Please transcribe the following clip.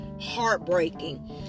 heartbreaking